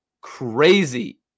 crazy